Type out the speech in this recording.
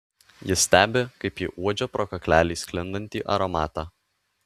jis stebi kaip ji uodžia pro kaklelį sklindantį aromatą